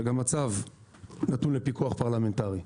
שגם הצו נתון לפיקוח פרלמנטרי.